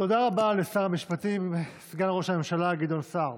תודה רבה לשר המשפטים וסגן ראש הממשלה גדעון סער.